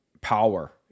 power